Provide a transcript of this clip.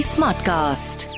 Smartcast